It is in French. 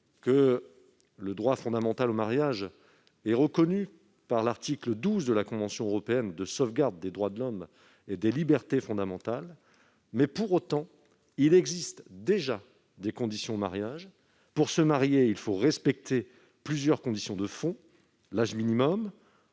Le droit fondamental au mariage et reconnu par l'article 12 de la Convention européenne de sauvegarde des droits de l'homme et des libertés fondamentales. Pour autant, il existe déjà des conditions au mariage : des conditions de fond- âge minimum,